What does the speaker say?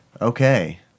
Okay